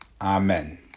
amen